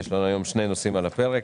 ויש לנו היום שני נושאים על הפרק.